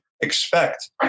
expect